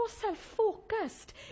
self-focused